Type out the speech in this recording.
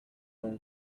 own